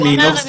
הוא אמר,